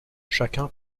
chacun